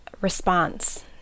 response